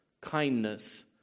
kindness